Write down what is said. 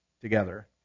together